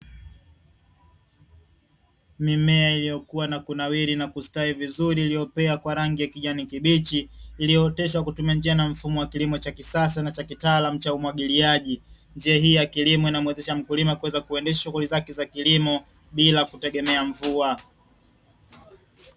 Mimea iliyokua na kunawiri na kustawi vizuri, iliyopea kwa rangi ya kijani kibichi, iliyooteshwa kutumia njia na mfumo wa kilimo cha kisasa na kitaalamu cha umwagiliaji. Njia hii ya kilimo inamuwezesha mkulima kuweza kuendesha shughuli zake za kilimo bila utegemea mvua.